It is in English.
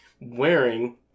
wearing